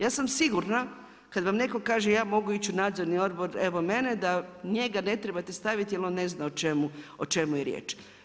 Ja sam sigurna kad vam netko kaže ja mogu ići u Nadzorni odbor, evo mene da njega ne trebate staviti jer on ne zna o čemu je riječ.